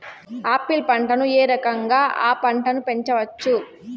Apple పంటను ఏ రకంగా అ పంట ను పెంచవచ్చు?